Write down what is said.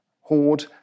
Horde